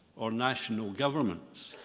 or national governments.